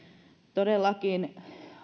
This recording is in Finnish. todellakin